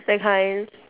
that time